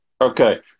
Okay